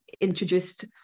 introduced